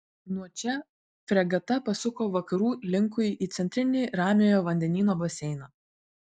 nuo čia fregata pasuko vakarų linkui į centrinį ramiojo vandenyno baseiną